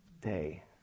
day